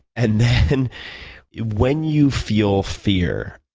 and then when you feel fear,